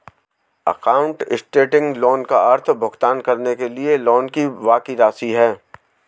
outstanding loan का अर्थ भुगतान करने के लिए लोन की बाकि राशि है